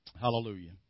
Hallelujah